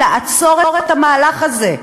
לעצור את המהלך הזה,